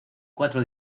cuatro